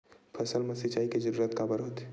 फसल मा सिंचाई के जरूरत काबर होथे?